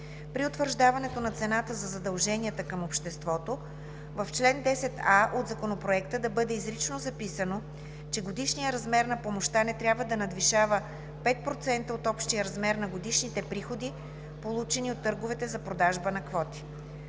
при утвърждаването на цената за задълженията към обществото, в чл. 10а от Законопроекта да бъде изрично записано, че годишният размер на помощта не трябва да надвишава 5% от общия размер на годишните приходи, получени от търговете за продажба на квоти.